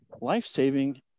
life-saving